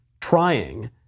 trying